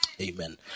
Amen